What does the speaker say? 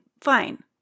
Fine